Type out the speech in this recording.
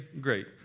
great